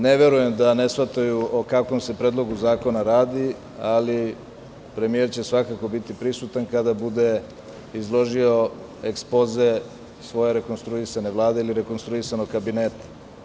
Ne verujem da ne shvataju o kakvom se predlogu zakona radi, ali premijer će svakako biti prisutan kada bude izložio ekspoze svoje rekonstruisane vlade ili rekonstruisanog kabineta.